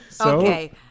Okay